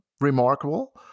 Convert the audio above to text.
remarkable